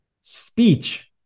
speech